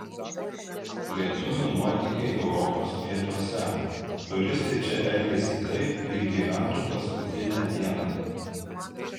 lietuvių nuotykiai europos pietuose turistai čia elgiasi taip lyg gyventų paskutinę dieną